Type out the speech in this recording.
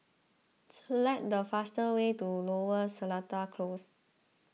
select the fastest way to Lower Seletar Close